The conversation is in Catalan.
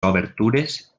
obertures